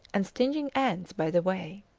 and stinging ants by the way.